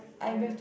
there